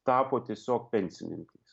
tapo tiesiog pensininkais